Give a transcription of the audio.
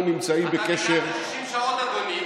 60 שעות, אדוני.